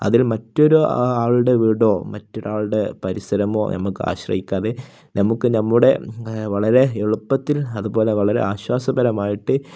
അതിൽ മറ്റൊരു ആളുടെ വീടോ മറ്റൊരാളുടെ പരിസരമോ നമുക്ക് ആശ്രയിക്കാതെ നമുക്ക് നമ്മുടെ വളരെ എളുപ്പത്തിൽ അതുപോലെ വളരെ ആശ്വാസപരമായിട്ട്